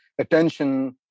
attention